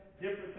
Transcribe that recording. different